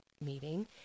meeting